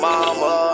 Mama